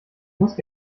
musst